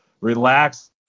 relax